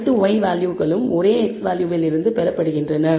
அனைத்து y வேல்யூகளும் ஒரே x வேல்யூவில் இருந்து பெறப்படுகின்றன